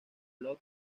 love